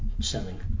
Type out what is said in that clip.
selling